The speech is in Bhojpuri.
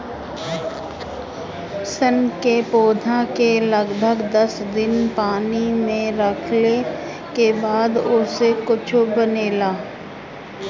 सन के पौधा के लगभग दस दिन पानी में रखले के बाद ओसे कुछू बनेला